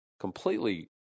completely